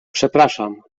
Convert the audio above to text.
przepraszam